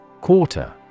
Quarter